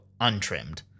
untrimmed